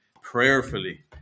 prayerfully